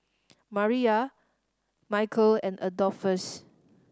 Mariyah Micheal and Adolphus